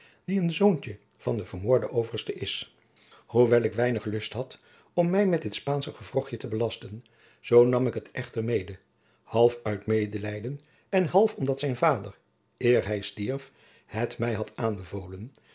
die een zoontje van den vermoorden overste is hoewel ik weinig lust had om mij met dit spaansch gewrochtje te belasten zoo nam ik het echter mede half uit medelijden en half omdat zijn vader eer hij stierf het mij had aanbevolen